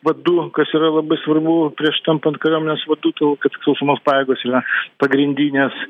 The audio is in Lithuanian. vadu kas yra labai svarbu prieš tampant kariuomenės vadu todėl kad sausumos pajėgos yra pagrindinės